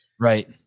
Right